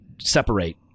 separate